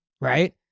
right